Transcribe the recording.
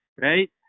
right